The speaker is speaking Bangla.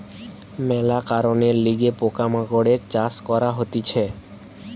মেলা কারণের লিগে পোকা মাকড়ের চাষ করা হতিছে